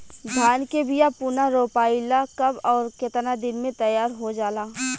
धान के बिया पुनः रोपाई ला कब और केतना दिन में तैयार होजाला?